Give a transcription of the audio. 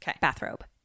Bathrobe